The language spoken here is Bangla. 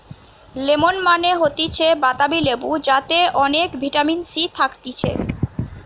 লেমন মানে হতিছে বাতাবি লেবু যাতে অনেক ভিটামিন সি থাকতিছে